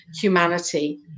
humanity